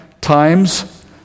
times